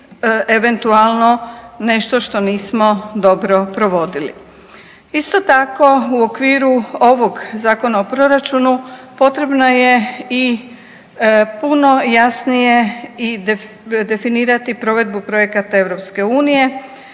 eventualno nešto što nismo dobro provodili. Isto tako u okviru ovog Zakona o proračunu potrebno je i puno jasnije i definirati provedbu projekata EU